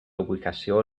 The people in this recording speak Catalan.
ubicació